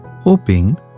Hoping